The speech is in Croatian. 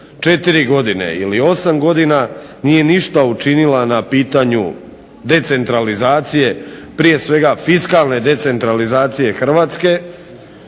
četiri godine ili osam godina nije ništa učinila na pitanju decentralizacije, prije svega fiskalne decentralizacije Hrvatske